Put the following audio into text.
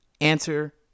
answer